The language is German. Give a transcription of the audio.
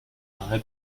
nahe